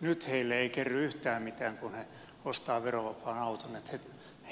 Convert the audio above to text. nyt heille ei kerry yhtään mitään kun he ostavat verovapaan auton joten